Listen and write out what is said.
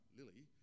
Lily